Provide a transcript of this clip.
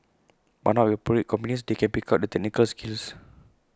but now with appropriate companies they can pick up the technical skills